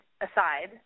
aside